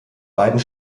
beiden